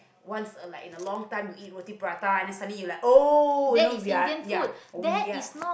once a like in a long time you eat roti prata and then suddenly you like !oh! you know we're ya we are